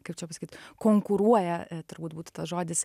kaip čia pasakyt konkuruoja turbūt būtų tas žodis